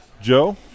Joe